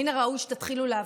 מן הראוי שתתחילו לעבוד.